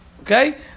Okay